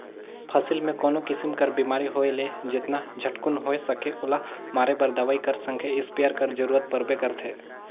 फसिल मे कोनो किसिम कर बेमारी होए ले जेतना झटकुन होए सके ओला मारे बर दवई कर संघे इस्पेयर कर जरूरत परबे करथे